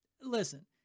listen